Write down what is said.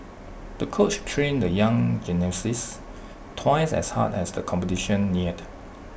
the coach trained the young gymnasts twice as hard as the competition neared